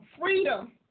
freedom